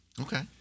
Okay